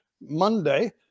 Monday